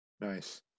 Nice